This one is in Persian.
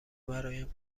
برایم